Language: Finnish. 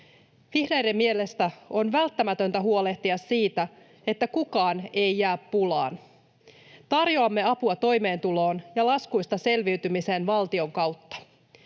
Vihreiden mielestä on välttämätöntä huolehtia siitä, että kukaan ei jää pulaan. Tarjoamme apua toimeentuloon ja laskuista selviytymiseen valtion kautta.